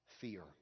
fear